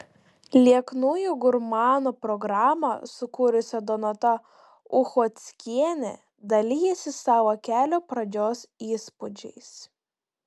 lieknųjų gurmanų programą sukūrusi donata uchockienė dalijasi savo kelio pradžios įspūdžiais